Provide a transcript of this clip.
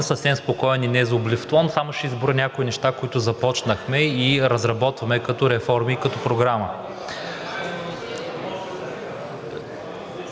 съвсем спокоен и незлоблив тон само ще изброя някои неща, които започнахме и разработваме като реформи и като програма.